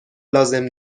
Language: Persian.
لازم